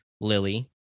lily